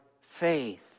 faith